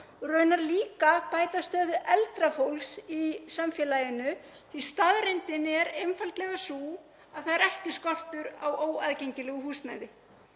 raunar líka að bæta stöðu eldra fólks í samfélaginu, því að staðreyndin er einfaldlega sú að það er ekki skortur á óaðgengilegu húsnæði.